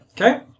Okay